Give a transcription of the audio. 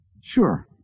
Sure